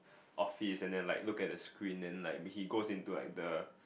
office and then like look at the screen then like he goes into like the